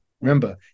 Remember